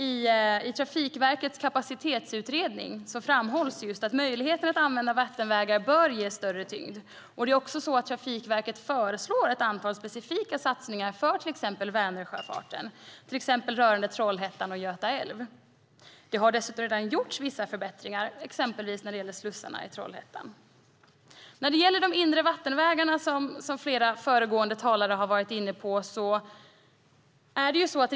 I Trafikverkets kapacitetsutredning framhålls just att möjligheten att använda vattenvägar bör ges större tyngd. Trafikverket föreslår också ett antal specifika satsningar för Vänersjöfarten, till exempel rörande Trollhättan och Göta älv. Det har dessutom redan gjorts vissa förbättringar, exempelvis när det gäller slussarna i Trollhättan. Flera föregående talare har varit inne på de inre vattenvägarna.